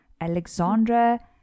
Alexandra